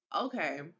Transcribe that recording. okay